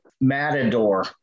Matador